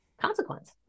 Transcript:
consequence